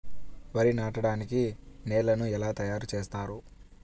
వరి నాటడానికి నేలను ఎలా తయారు చేస్తారు?